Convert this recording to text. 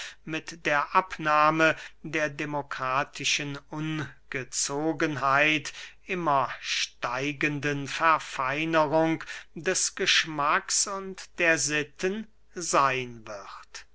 mit der abnahme der demokratischen ungezogenheit immer steigenden verfeinerung des geschmacks und der sitten seyn wird